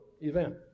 event